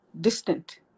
distant